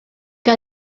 que